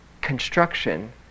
construction